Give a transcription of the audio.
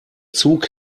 zug